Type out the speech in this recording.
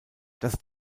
das